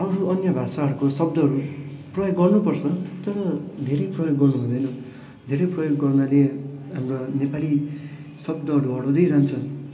अरू अन्य भाषाहरूको शब्दहरू प्रयोग गर्नुपर्छ तर धेरै प्रयोग गर्नु हुँदैन धेरै प्रयोग गर्नाले हाम्रा नेपाली शब्दहरू हराउँदै जान्छ